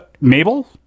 Mabel